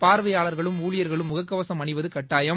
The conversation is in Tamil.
பார்வையாளர்களும் ஊழியர்களும் முக கவசம் அணிவது கட்டாயம்